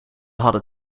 hadden